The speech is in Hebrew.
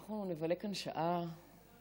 אנחנו נבלה כאן שעה ביחד.